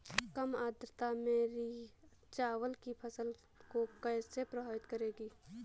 कम आर्द्रता मेरी चावल की फसल को कैसे प्रभावित करेगी?